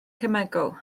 cemegol